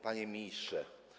Panie Ministrze!